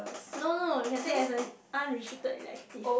no no you can take as a non registered elective